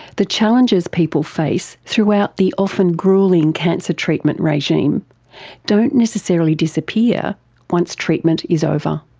the challenges people face throughout the often gruelling cancer treatment regime don't necessarily disappear once treatment is over.